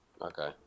Okay